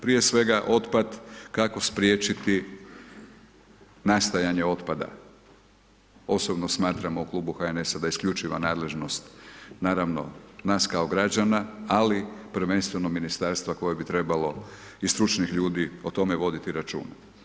Prije svega otpad kako spriječiti nastajanje otpada, osobno smatramo u Klubu HNS-a da isključiva nadležnost naravno nas kao građana, ali prvenstveno ministarstva koje bi trebalo i stručnih ljudi o tome voditi računa.